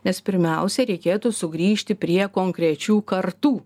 nes pirmiausiai reikėtų sugrįžti prie konkrečių kartų